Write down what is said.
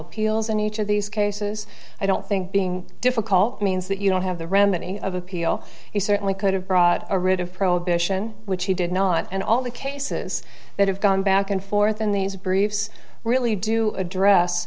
appeals in each of these cases i don't think being difficult means that you don't have the remedy of appeal he certainly could have brought a writ of prohibition which he did not and all the cases that have gone back and forth in these briefs really do address